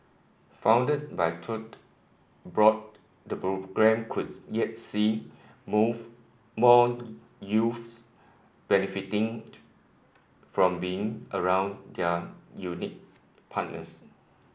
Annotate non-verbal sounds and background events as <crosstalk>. funded by Tote Board the programme could yet see move more <unintelligible> benefiting from being around their unique partners